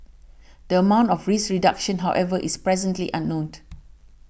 the amount of risk reduction however is presently unknown